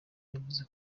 yavuze